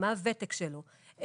מה הוותק שלו,